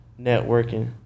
networking